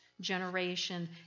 generation